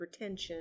hypertension